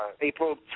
April